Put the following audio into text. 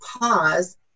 pause